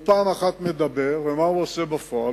הוא מדבר, ומה הוא עושה בפועל?